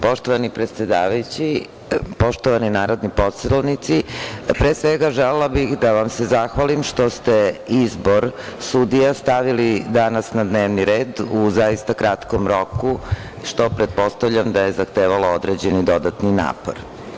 Poštovani predsedavajući, poštovani narodni poslanici, pre svega želela bih da vam se zahvalim što ste izbor sudija stavili danas na dnevni red u zaista kratkom roku, što pretpostavljam da je zahtevalo određeni dodatni napor.